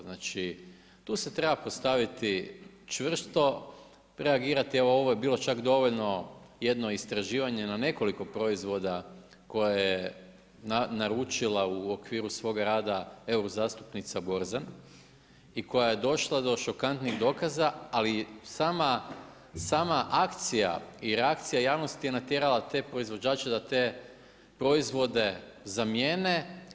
Znači tu se treba postaviti čvrsto, reagirati, evo ovo je bilo čak dovoljno jedno istraživanje na nekoliko proizvoda koje je naručila u okviru svog rada, euro zastupnica Borzan i koja je došla do šokantnih dokaza, ali sama akcija i reakcija javnosti je natjerala te proizvođače da proizvode zamjene.